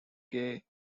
gay